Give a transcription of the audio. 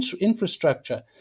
infrastructure